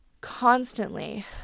constantly